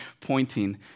pointing